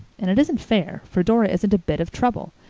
and it isn't fair, for dora isn't a bit of trouble.